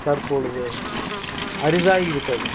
தற்பொழுது அரிதாகி விட்டது